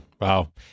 Wow